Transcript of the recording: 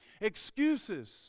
Excuses